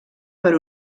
per